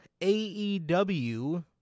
AEW